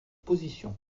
position